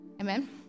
Amen